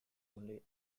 only